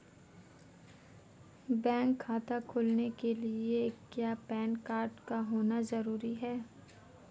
Bank खाता खोलने के लिए क्या पैन कार्ड का होना ज़रूरी है?